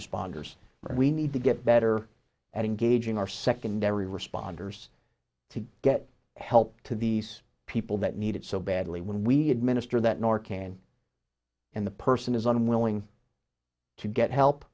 responders and we need to get better at engaging our secondary responders to get help to these people that need it so badly when we administer that nor can the person is unwilling to get help